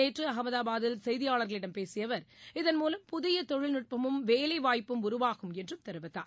நேற்று அகமதாபாத்தில் செய்தியாளர்களிடம் பேசிய அவர் இதன்மூலம் புதிய தொழில்நுட்பமும் வேலை வாய்ப்பும் உருவாகும் என்றும் தெரிவித்தார்